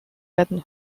werden